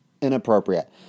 inappropriate